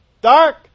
Dark